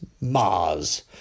Mars